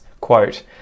Quote